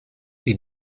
die